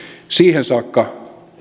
siihen saakka